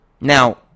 Now